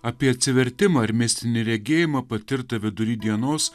apie atsivertimą ir mistinį regėjimą patirtą vidury dienos